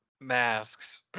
masks